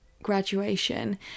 graduation